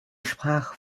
sprach